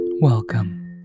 Welcome